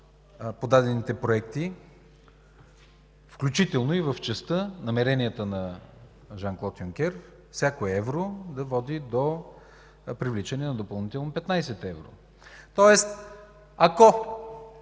подадените проекти, включително и в частта намеренията на Жан Клод Юнкер всяко евро да води до привличане на допълнителни 15 евро. Комисията,